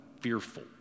fearful